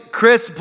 Chris